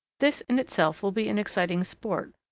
this in itself will be an exciting sport,